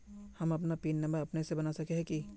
हम अपन pin number अपने से बना सके है की?